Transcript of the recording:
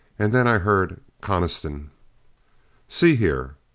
and then i heard coniston see here,